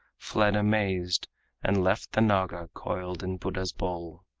fled amazed and left the naga coiled in buddha's bowl.